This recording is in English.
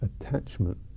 attachment